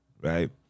right